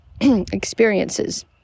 experiences